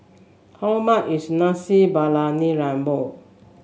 how much is Nasi Briyani Lembu